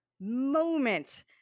moment